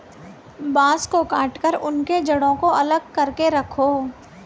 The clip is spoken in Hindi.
बांस को काटकर उनके जड़ों को अलग करके रखो